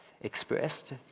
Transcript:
expressed